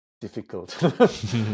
Difficult